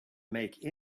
make